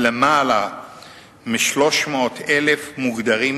ויותר מ-300,000 מוגדרים